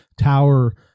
tower